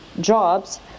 jobs